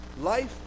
Life